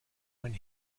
went